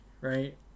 right